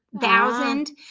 thousand